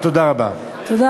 תודה רבה.